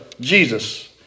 Jesus